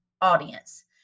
audience